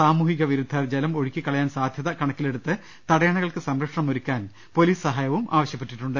സാമൂഹിക വിരുദ്ധർ ജലം ഒഴുക്കി കളയാൻ സാധ്യത കണക്കിലെടുത്തു തടയണ കൾക്ക് സംരക്ഷണം ഒരുക്കാൻ പൊലീസ് സഹായവും ആവശ്യപെട്ടിട്ടുണ്ട്